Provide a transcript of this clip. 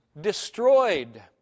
destroyed